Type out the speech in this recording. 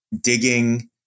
digging